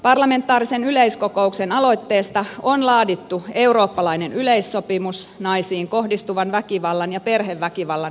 parlamentaarisen yleiskokouksen aloitteesta on laadittu eurooppalainen yleissopimus naisiin kohdistuvan väkivallan ja perheväkivallan estämiseksi